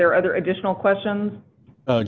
there are other additional questions